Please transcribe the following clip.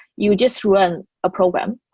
you just run a program.